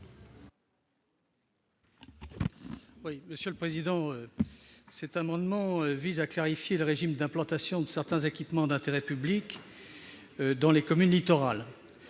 à M. Michel Vaspart. Cet amendement vise à clarifier le régime d'implantation de certains équipements d'intérêt public dans les communes littorales.